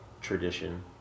tradition